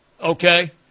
okay